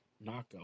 knockout